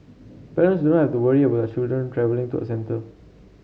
parents do not have to worry about children travelling to a centre